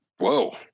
Whoa